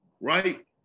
right